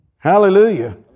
Hallelujah